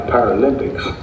Paralympics